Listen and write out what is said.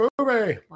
movie